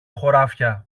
χωράφια